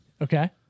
Okay